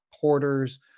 porters